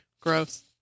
gross